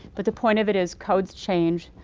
but the point of it is, codes change,